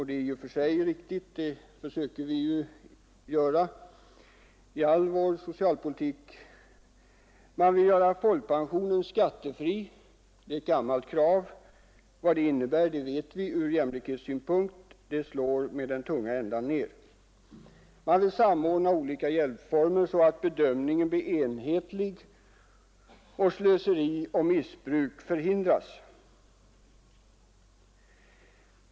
Det är i och för sig riktigt, det försöker vi ju göra i all vår socialpolitik. Man vill göra folkpensionen skattefri — det är ett gammalt krav från moderaterna. Vi vet vad det innebär ur jämlikhetssynpunkt; det slår med den tunga ändan ner. Moderaterna vill vidare samordna olika hjälpformer så att bedömningen blir enhetlig och ”så att slöseri och missbruk” förhindras.